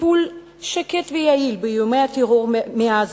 טיפול שקט ויעיל באיומי הטרור מעזה,